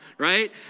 right